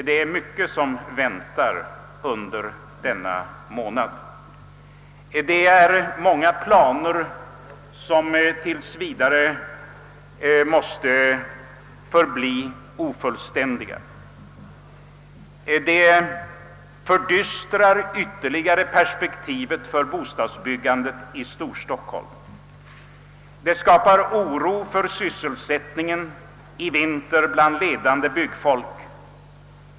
Det är mycket som får vänta under denna månad — många planer får tills vidare vara ofullständiga. Detta fördystrar ytterligare perspektivet för bostadsbyggandet i Storstockholm. Det skapar oro för sysselsättningen i vinter bland ledande byggnadsföretagare.